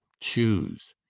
choose.